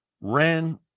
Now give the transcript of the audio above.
ran